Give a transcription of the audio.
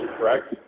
correct